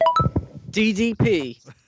DDP